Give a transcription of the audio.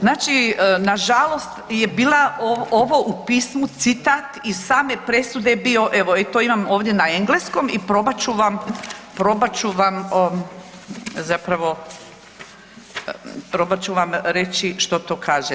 Znači nažalost je bila ovo u pismu citat iz same presude je bio evo to imam ovdje na engleskom i probat ću vam, probat ću vam, zapravo probat ću vam reći što to kaže.